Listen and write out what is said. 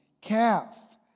calf